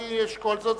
אני אשקול זאת,